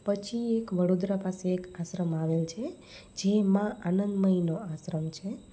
પછી એક વળોદરા પાસે એક આશ્રમ આવે છે જે મા આનંદ મઈનો આશ્રમ છે